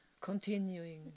continuing